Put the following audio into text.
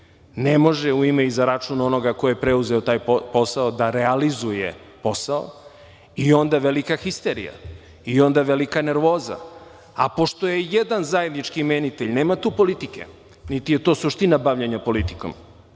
Ne može u ime i za račun onoga ko je preuzeo taj posao da realizuje posao i onda velika histerija, velika nervoza. A pošto je jedan zajednički imenitelj, nema tu politike, niti je to suština bavljenja politikom.